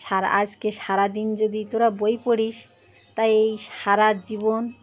আর আজকে সারাদিন যদি তোরা বই পড়িস তা এই সারা জীবন